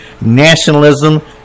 nationalism